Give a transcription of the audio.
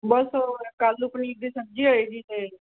ਬਸ ਕੱਲ੍ਹ ਨੂੰ ਪਨੀਰ ਦੀ ਸਬਜ਼ੀ ਹੋਵੇਗੀ ਅਤੇ